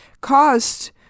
caused